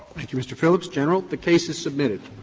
thank you, mr. phillips, general. the case is submitted.